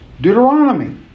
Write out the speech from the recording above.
Deuteronomy